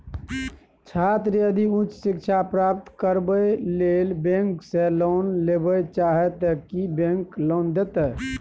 छात्र यदि उच्च शिक्षा प्राप्त करबैक लेल बैंक से लोन लेबे चाहे ते की बैंक लोन देतै?